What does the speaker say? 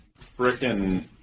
frickin